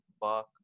buck